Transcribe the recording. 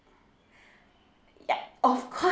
ya of course